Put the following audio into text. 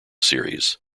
series